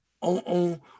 on